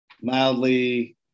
mildly